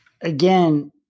again